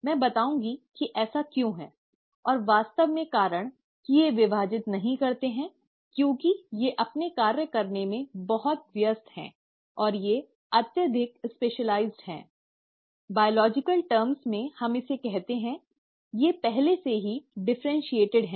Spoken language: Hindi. मैं बताऊंगी कि ऐसे क्यों है और वास्तव में कारण कि ये विभाजित नहीं करते हैं क्योंकि ये अपने कार्य करने में बहुत व्यस्त हैं और ये अत्यधिक विशिष्ट हैं जैविक रूप में हम इसे कहते हैं ये पहले से ही डिफरेन्शीऐट हैं